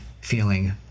feeling